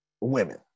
women